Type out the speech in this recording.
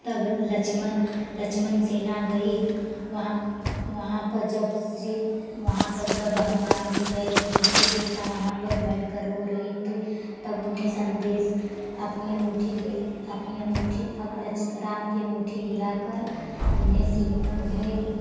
तब लक्ष्मण लक्ष्मण सेना गई वहाँ वहाँ प जब श्री वहाँ पर जब हनुमान जी गए तो देखे सीता वहाँ पर बैठकर रो रही थी तब उन्हें सन्देश अपनी अंगूठी गिर अपनी अंगूठी अब लक्ष् राम की अंगूठी गिराकर उन्हें सीता उन्हें